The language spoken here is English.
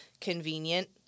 convenient